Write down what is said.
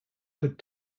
could